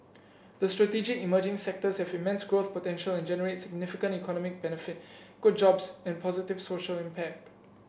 the strategic emerging sectors have immense growth potential and generate significant economic benefit good jobs and positive social impact